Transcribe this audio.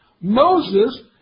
Moses